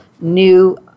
new